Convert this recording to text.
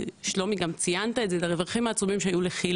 ושלומי גם ציינת את הרווחים העצומים שהיו לכיל